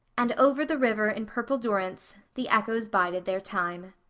and over the river in purple durance the echoes bided their time.